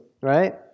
Right